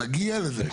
עוד נגיע לזה.